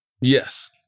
Yes